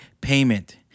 payment